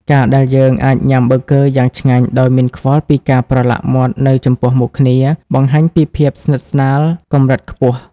ការដែលយើងអាចញ៉ាំប៊ឺហ្គឺយ៉ាងឆ្ងាញ់ដោយមិនខ្វល់ពីការប្រឡាក់មាត់នៅចំពោះមុខគ្នា បង្ហាញពីភាពស្និទ្ធស្នាលកម្រិតខ្ពស់។